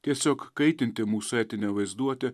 tiesiog kaitinti mūsų etinę vaizduotę